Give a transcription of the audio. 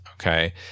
okay